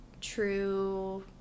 true